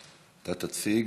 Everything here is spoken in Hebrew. אתה תציג.